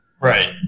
Right